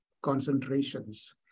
concentrations